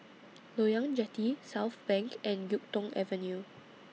Loyang Jetty Southbank and Yuk Tong Avenue